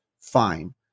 Fine